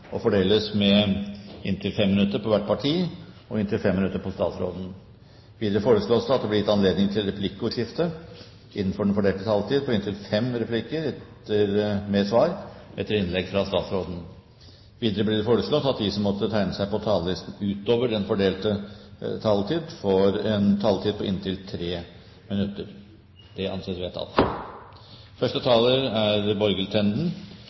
og fordeles med inntil 5 minutter til hvert parti og inntil 5 minutter til statsråden. Videre vil presidenten foreslå at det gis anledning til replikkordskifte innenfor den fordelte taletid på inntil tre replikker etter innlegget fra statsråden. Videre foreslås det at de talere som måtte tegne seg på talerlisten utover den fordelte taletid, får en taletid på inntil 3 minutter. – Dette anses vedtatt.